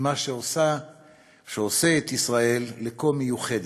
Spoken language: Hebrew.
ממה שעושה את ישראל כה מיוחדת.